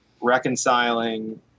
reconciling